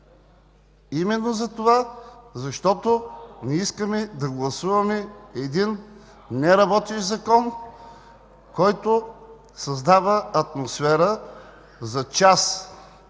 именно защото не искаме да гласуваме един неработещ закон, който създава атмосфера за част